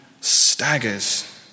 staggers